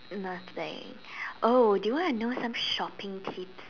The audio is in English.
nothing oh do you want to know some shopping tips